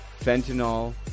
fentanyl